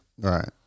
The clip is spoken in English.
Right